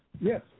Yes